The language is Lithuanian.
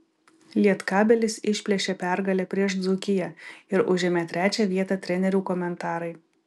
lietkabelis išplėšė pergalę prieš dzūkiją ir užėmė trečią vietą trenerių komentarai